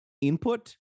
input